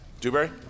Dewberry